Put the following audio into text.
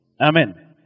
Amen